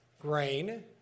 grain